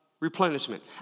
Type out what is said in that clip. Replenishment